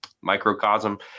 microcosm